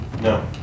No